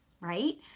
right